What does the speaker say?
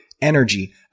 energy